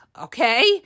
Okay